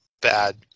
bad